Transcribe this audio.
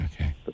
Okay